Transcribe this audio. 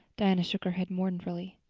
diana shook her head mournfully.